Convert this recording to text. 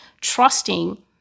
trusting